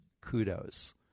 Kudos